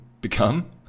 become